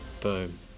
Boom